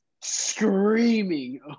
screaming